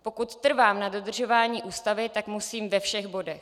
Pokud trvám na dodržování ústavy, tak musím ve všech bodech.